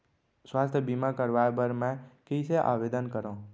स्वास्थ्य बीमा करवाय बर मैं कइसे आवेदन करव?